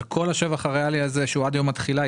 על כל השבח הריאלי הזה שהוא עד יום התחילה,